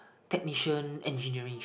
technician engineering